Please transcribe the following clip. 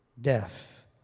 Death